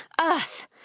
Earth